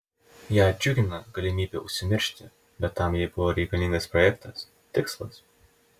ją džiugino galimybė užsimiršti bet tam jai buvo reikalingas projektas tikslas